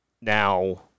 Now